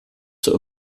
zur